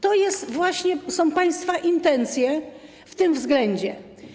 To są właśnie państwa intencje w tym względzie.